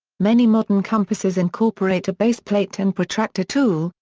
many modern compasses incorporate a baseplate and protractor tool,